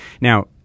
Now